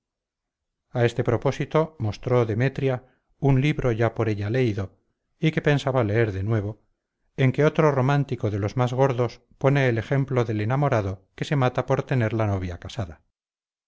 a este propósito mostró demetria un libro ya por ella leído y que pensaba leer de nuevo en que otro romántico de los más gordos pone el ejemplo del enamorado que se mata por tener la novia casada